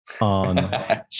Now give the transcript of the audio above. on